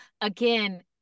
again